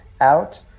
out